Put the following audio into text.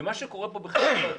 ומה שקורה פה בחלק מהדיון,